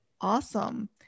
Awesome